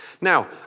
Now